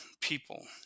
people –